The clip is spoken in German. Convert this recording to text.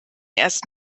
erst